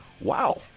wow